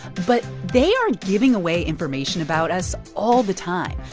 but they are giving away information about us all the time.